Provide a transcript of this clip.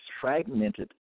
fragmented